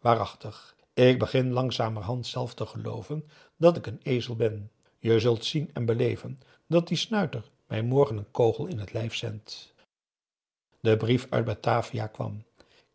waarachtig ik begin langzamerhand zelf te gelooven dat ik een ezel ben je zult zien en beleven dat die snuiter mij morgen een kogel in het lijf zendt de brief uit batavia kwam